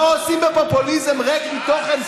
לא עושים בפופוליזם ריק מתוכן,